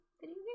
video